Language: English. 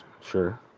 sure